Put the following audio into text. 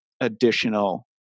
additional